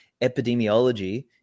epidemiology